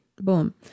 Boom